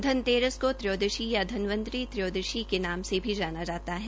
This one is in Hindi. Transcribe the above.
धनतेरस को त्रयोदशी या धनवंतरि त्रयोदशी के नाम से भी जाना जाता है